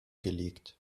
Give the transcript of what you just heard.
gelegt